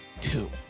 two